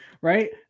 right